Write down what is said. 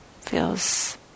feels